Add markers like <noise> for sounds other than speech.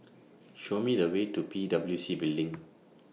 <noise> Show Me The Way to P W C Building